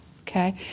okay